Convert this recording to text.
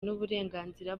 n’uburenganzira